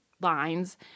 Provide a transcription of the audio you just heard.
lines